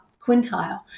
quintile